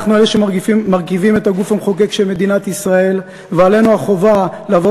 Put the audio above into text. אנחנו אלה שמרכיבים את הגוף המחוקק של מדינת ישראל ועלינו החובה לבוא